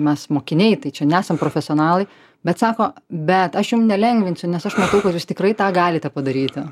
mes mokiniai tai čia nesam profesionalai bet sako bet aš jum nelengvinsiu nes aš matau jūs tikrai tą galite padaryti